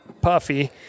puffy